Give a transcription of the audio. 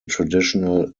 traditional